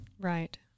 Right